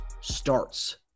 starts